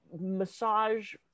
massage